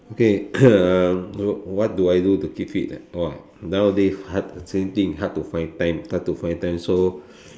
okay what do I do to keep fit !wah! nowadays hard same thing hard to find time hard to find time so